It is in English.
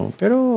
pero